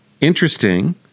interesting